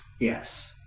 Yes